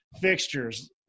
fixtures